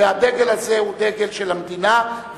והדגל הזה הוא דגל של המדינה,